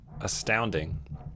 astounding